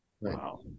Wow